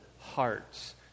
hearts